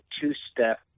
two-step